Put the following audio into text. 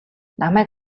намайг